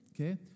Okay